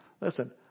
Listen